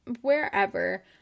wherever